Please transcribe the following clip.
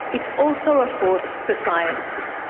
it is also a force for science.